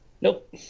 Nope